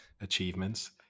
achievements